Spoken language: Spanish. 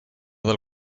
del